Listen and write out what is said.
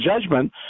judgment